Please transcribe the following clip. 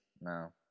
No